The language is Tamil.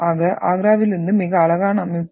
இது ஆக்ராவிலிருந்து மிக அழகான அமைப்பு